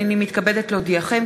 הנני מתכבדת להודיעכם,